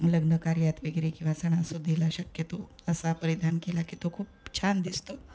लग्न कार्यात वगैरे किंवा सणासुदीला शक्यतो असा परिधान केला की तो खूप छान दिसतो